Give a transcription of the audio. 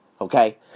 Okay